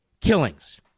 killings